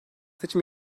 seçim